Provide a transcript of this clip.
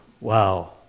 Wow